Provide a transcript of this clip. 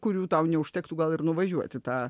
kur jau tau neužtektų gal ir nuvažiuot į tą